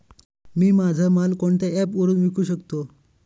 मी माझा माल कोणत्या ॲप वरुन विकू शकतो?